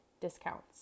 discounts